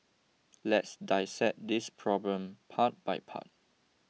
let's dissect this problem part by part